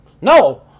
no